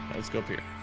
let's go up here,